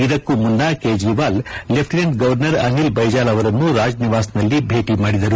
ಇದಕ್ಕೂ ಮುನ್ನ Kejriwal lieutenant governor Anil Baijal ಅವರನ್ನು ರಾಜ್ನಿವಾಸ್ನಲ್ಲಿ ಭೇಟಿ ಮಾಡಿದರು